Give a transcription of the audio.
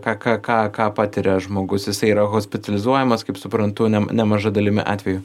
ką ką ką ką patiria žmogus jis yra hospitalizuojamas kaip suprantu ne nemaža dalimi atvejų